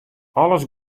alles